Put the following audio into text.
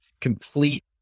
complete